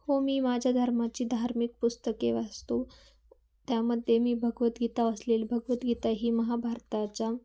हो मी माझ्या धर्माची धार्मिक पुस्तके वाचतो त्यामध्ये मी भगवद्गीता वाचलेली भगवद्गीता ही महाभारताच्या